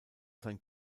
sein